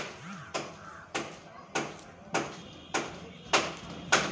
पर परागण अपने से कइसे करावल जाला?